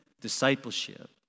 discipleship